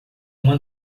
uma